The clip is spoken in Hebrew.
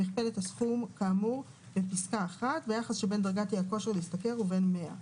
מכפלת הסכום כאמור בפסקה (1) ביחס שבין דרגת אי הכושר להשתכר לבין מאה,